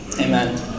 amen